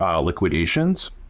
liquidations